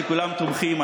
שכולם תומכים.